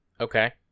Okay